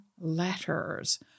letters